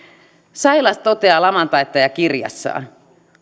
laman taittaja kirjassa todetaan että